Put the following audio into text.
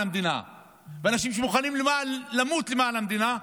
המדינה ואנשים שמוכנים למות למען המדינה,